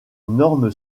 norme